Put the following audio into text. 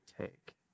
take